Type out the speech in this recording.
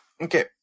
Okay